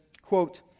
Quote